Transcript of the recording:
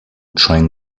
train